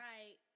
Right